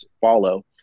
follow